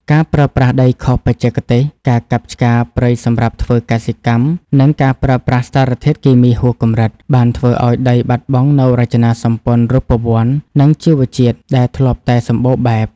ការប្រើប្រាស់ដីខុសបច្ចេកទេស ការកាប់ឆ្ការព្រៃសម្រាប់ធ្វើកសិកម្ម និងការប្រើប្រាស់សារធាតុគីមីហួសកម្រិត បានធ្វើឱ្យដីបាត់បង់នូវរចនាសម្ព័ន្ធរូបវន្ត និងជីវជាតិដែលធ្លាប់តែសម្បូរបែប។